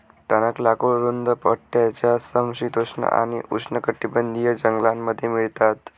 टणक लाकूड रुंद पट्ट्याच्या समशीतोष्ण आणि उष्णकटिबंधीय जंगलांमध्ये मिळतात